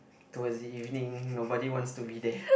towards the evening nobody wants to be there